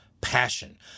passion